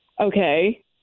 Okay